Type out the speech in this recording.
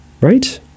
Right